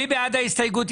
מי בעד ההסתייגות?